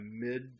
mid